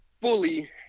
fully